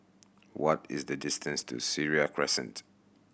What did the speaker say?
what is the distance to Seraya Crescent